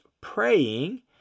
praying